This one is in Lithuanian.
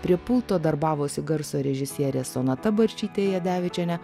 prie pulto darbavosi garso režisierė sonata barčytė jadevičienė